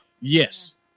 yes